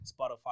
Spotify